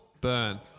Burn